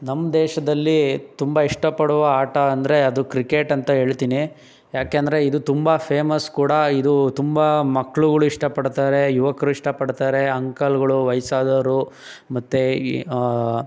ನಮ್ಮ ದೇಶದಲ್ಲಿ ತುಂಬ ಇಷ್ಟ ಪಡುವ ಆಟ ಅಂದರೆ ಅದು ಕ್ರಿಕೆಟ್ ಅಂತ ಹೇಳ್ತೀನಿ ಯಾಕೆಂದರೆ ಇದು ತುಂಬ ಫೇಮಸ್ ಕೂಡ ಇದು ತುಂಬ ಮಕ್ಳುಗಳು ಇಷ್ಟಪಡ್ತಾರೆ ಯುವಕರು ಇಷ್ಟಪಡ್ತಾರೆ ಅಂಕಲ್ಗಳು ವಯಸ್ಸಾದವರು ಮತ್ತು ಈ